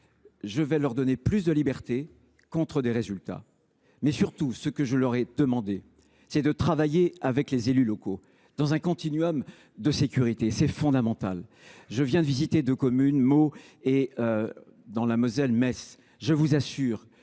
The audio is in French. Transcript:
Je vais leur donner plus de liberté, en échange de résultats. Je leur ai surtout demandé de travailler avec les élus locaux, dans un continuum de sécurité. C’est fondamental. Je viens de visiter deux communes, Meaux et, en Moselle, Metz. Je vous assure